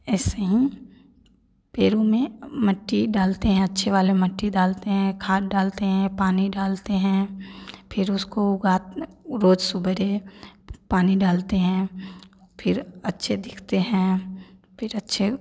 ऐसे से ही फिर उन्हें मिट्टी डालते हैं अच्छे वाले मिट्टी डालते हैं खाद डालते हैं पानी डालते हैं फिर उसको उगा के रोज सबेरे पानी डालते हैं फिर अच्छे दिखते हैं फिर अच्छे